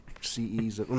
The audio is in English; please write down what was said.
CEs